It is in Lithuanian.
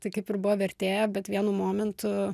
tai kaip ir buvo vertėja bet vienu momentu